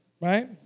right